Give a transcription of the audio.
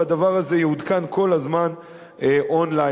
והדבר הזה יעודכן כל הזמן און-ליין.